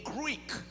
Greek